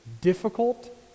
difficult